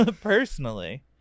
personally